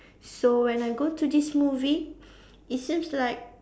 so when I go to this movie it seems like